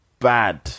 bad